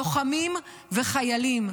לוחמים וחיילים.